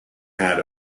had